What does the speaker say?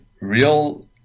real